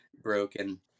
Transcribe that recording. broken